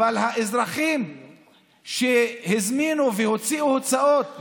אבל האזרחים שהזמינו והוציאו הוצאות,